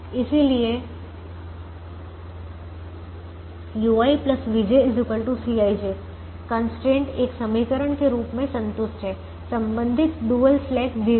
इसलिए ui vj Cij constraint एक समीकरण के रूप में संतुष्ट है संबंधित डुअल स्लैक 0 है